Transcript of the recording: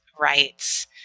rights